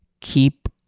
Keep